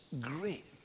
great